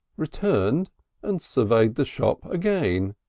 returned and surveyed the shop again.